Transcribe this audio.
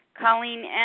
Colleen